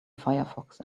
firefox